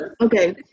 okay